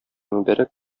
мөбарәк